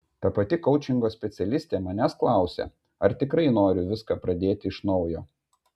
ta pati koučingo specialistė manęs klausė ar tikrai noriu viską pradėti iš naujo